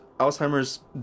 Alzheimer's